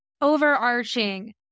overarching